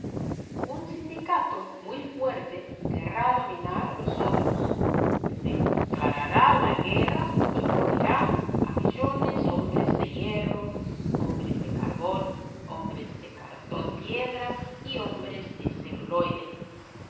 un sindicato muy fuerte querrá dominar a los otros les declarará la guerra y morirán a millones hombres de hierro hombres de carbón hombres de cartón piedra y hombres de celuloide